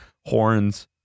horns